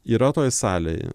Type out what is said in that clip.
yra toj salėje